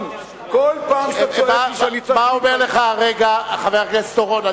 מה אומר לך חבר הכנסת אורון,